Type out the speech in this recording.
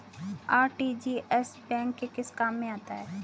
RTGS bank के किस काम में आता है?